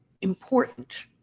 important